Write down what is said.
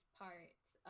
parts